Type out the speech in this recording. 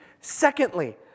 Secondly